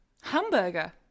hamburger